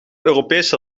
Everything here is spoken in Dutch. europese